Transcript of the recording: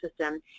system